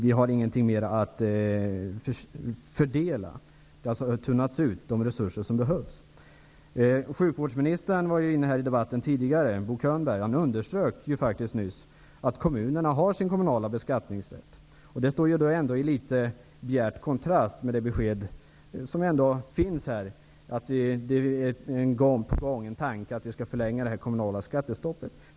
Vi har ingenting mer att fördela. De resurser som behövs har tunnats ut. Sjukvårdsministern Bo Könberg underströk tidigare i debatten att kommunerna har sin kommunala beskattningsrätt. Det står i bjärt kontrast mot det besked som ändå ges här, att det finns en tanke att vi skall förlänga det kommunala skattestoppet.